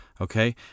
okay